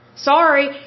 Sorry